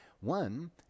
One